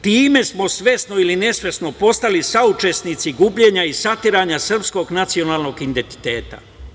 Time smo, svesno ili nesvesno, postali saučesnici gubljenja i satiranja srpskog nacionalnog identiteta.